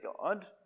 God